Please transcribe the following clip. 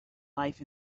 life